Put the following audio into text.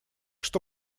что